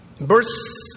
verse